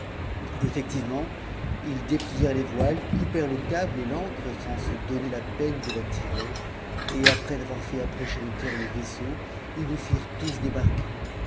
effectivement ils déplièrent les voiles coupèrent e de l'ancre sans se donner a peine de la tirer et après avoir fait cocher de terre le vaisseau ils nous firent tous débarquer